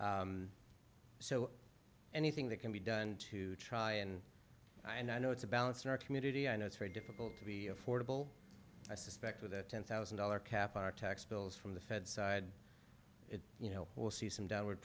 gone so anything that can be done to try and i know it's a balance in our community i know it's very difficult to be affordable i suspect with a ten thousand dollar cap on our tax bills from the fed side you know we'll see some downward